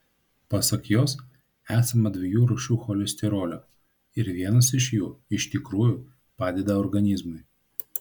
pasak jos esama dviejų rūšių cholesterolio ir vienas iš jų iš tikrųjų padeda organizmui